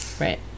Right